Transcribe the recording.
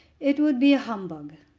it would be humbug,